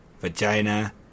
Vagina